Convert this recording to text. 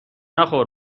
نخور